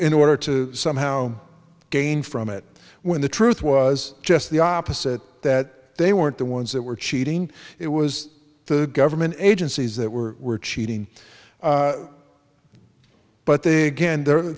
in order to somehow gain from it when the truth was just the opposite that they weren't the ones that were cheating it was the government agencies that were cheating but they again there